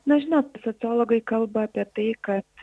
na žinot sociologai kalba apie tai kad